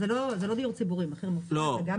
מחיר מופחת זה לא דיור ציבורי.